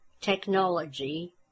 technology